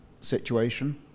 situation